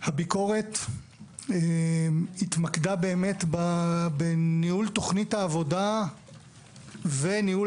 הביקורת התמקדה באמת בניהול תכנית העבודה וניהול